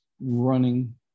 running